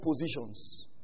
positions